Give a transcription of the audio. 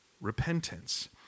repentance